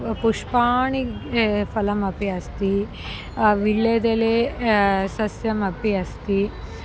पुष्पाणि फलान्यपि अस्ति विळ्येदेले सस्यमपि अस्ति